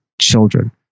children